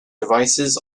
devices